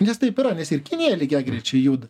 nes taip yra nes ir kinija lygiagrečiai juda